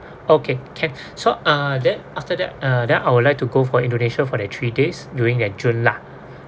okay can so uh then after that uh that I would like to go for indonesia for the three days during the june lah